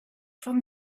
from